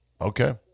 okay